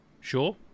Sure